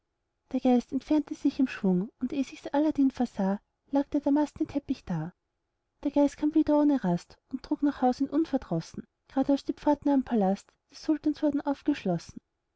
der geist entfernte sich im schwung und eh sich's aladdin versah lag der damastne teppich da der geist kam wieder ohne rast und trug nach haus ihn unverdrossen grad als die pforten am palast des sultans wurden aufgeschlossen